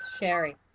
Sherry